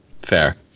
Fair